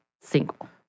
single